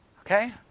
Okay